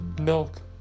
milk